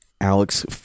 Alex